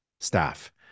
staff